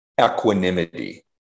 equanimity